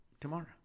tomorrow